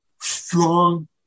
strong